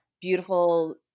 beautiful